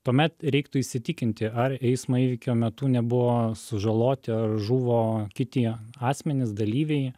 tuomet reiktų įsitikinti ar eismo įvykio metu nebuvo sužaloti ar žuvo kiti asmenys dalyviai